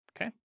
okay